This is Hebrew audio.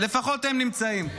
לפחות הם נמצאים.